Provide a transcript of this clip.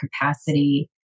capacity